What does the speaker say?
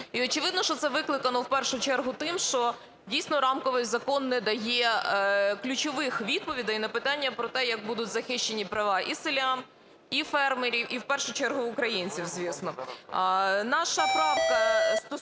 І очевидно, що це викликано в першу чергу тим, що, дійсно, рамковий закон не дає ключових відповідей на питання про те, як будуть захищені права і селян, і фермерів і в першу чергу українців, звісно.